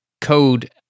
code